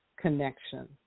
connection